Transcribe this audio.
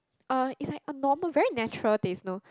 uh it's like a normal very natural taste you know